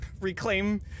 reclaim